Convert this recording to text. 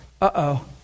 Uh-oh